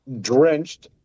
drenched